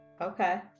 okay